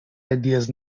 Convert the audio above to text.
ideas